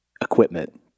equipment